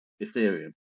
Ethereum